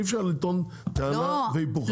אי אפשר לטעון טענה והיפוכה.